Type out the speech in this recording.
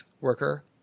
worker